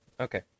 Okay